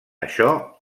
això